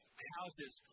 houses